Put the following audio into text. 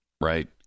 Right